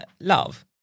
Love